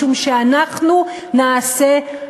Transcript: משום שאנחנו נעשה,